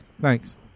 Thanks